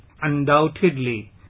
Undoubtedly